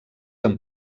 amb